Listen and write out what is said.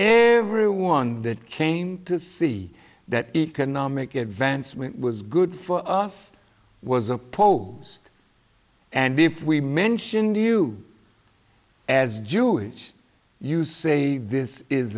everyone that came to see that economic advancement was good for us was opposed and if we mentioned you as jewish you say this is